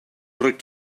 rwyt